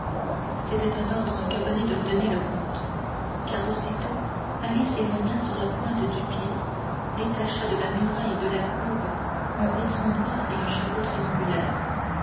c'était un ordre que venait de donner le comte car aussitôt ali s'éloigna sur la pointe du pied détacha de la muraille de l'alcôve un vêtement noir et un chapeau triangulaire